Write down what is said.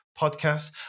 podcast